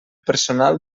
personal